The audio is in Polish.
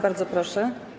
Bardzo proszę.